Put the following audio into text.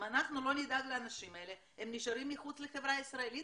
אם אנחנו לא נדאג לאנשים האלה הם יישארו מחוץ לחברה הישראלית,